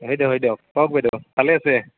হয় দিয়ক কওক বাইদেউ ভালে আছে